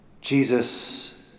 Jesus